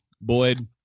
Boyd